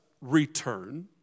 return